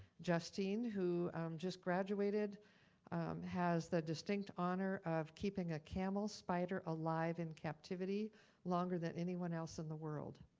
justine who just graduated has the distinct honor of keeping a camel spider alive in captivity longer than anyone else in the world.